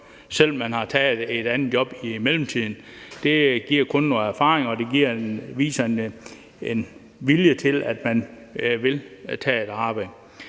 selv om man har taget et andet job i mellemtiden. Det giver kun noget erfaring, og det viser en vilje til, at man vil tage et arbejde.